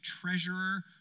treasurer